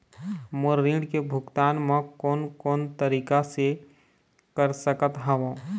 मोर ऋण के भुगतान म कोन कोन तरीका से कर सकत हव?